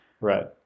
right